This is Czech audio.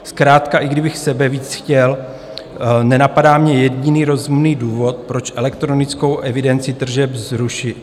Zkrátka, i kdybych sebevíc chtěl, nenapadá mě jediný rozumný důvod, proč elektronickou evidenci tržeb zrušit.